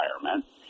environment